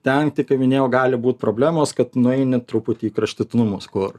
ten kaip paminėjau gali būt problemos kad nueini truputį į kraštutinumus kur